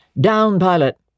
down-pilot